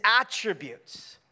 attributes